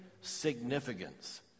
significance